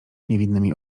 niewinnymi